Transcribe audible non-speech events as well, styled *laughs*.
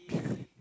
*laughs*